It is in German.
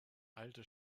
alte